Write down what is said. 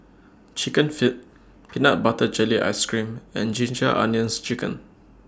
Chicken Feet Peanut Butter Jelly Ice Cream and Ginger Onions Chicken